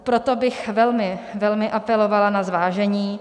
Proto bych velmi, velmi apelovala na zvážení.